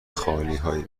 خالیهای